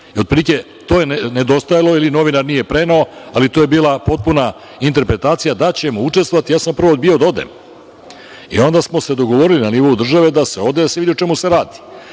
Otprilike to je nedostajalo ili novinar nije preneo, ali to je bila potpuna interpretacija da ćemo učestvovati. Ja sam prvo hteo da odem i onda smo se dogovorili na nivou države da se ode, da se vidi o čemu se radi.